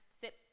sit